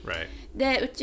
Right